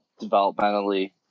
developmentally